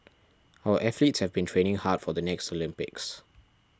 our athletes have been training hard for the next Olympics